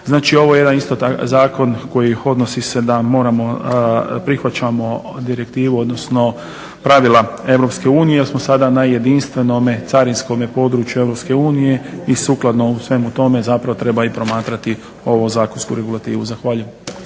Znači ovo je jedan isto takav zakon koji odnosi se da, moramo prihvaćamo direktivu, odnosno pravila Europske unije jer smo sada na jedinstvenome carinskome području Europske unije i sukladno svemu tome zapravo treba i promatrati ovu zakonsku regulativu. Zahvaljujem.